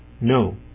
no